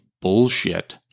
bullshit